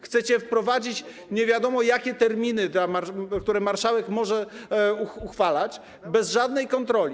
Chcecie wprowadzić nie wiadomo jakie terminy, które marszałek może uchwalać bez żadnej kontroli.